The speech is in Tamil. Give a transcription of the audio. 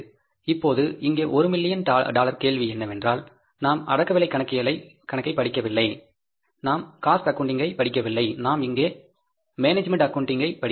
இப்போது இங்கே ஒரு மில்லியன் டாலர் கேள்வி என்னவென்றால் நாம் காஸ்ட் அக்கௌன்டிங் ஐ படிக்கவில்லை நாம் இங்கே மேனேஜ்மென்ட் அக்கௌன்டிங் ஐ படிக்கிறோம்